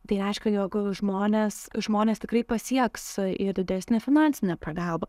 tai reiškia jog žmonės žmonės tikrai pasieks ir didesnė finansinė pagalba